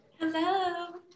Hello